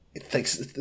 thanks